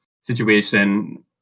situation